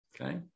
okay